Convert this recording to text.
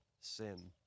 sin